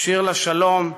"שיר לשלום",